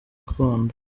gakondo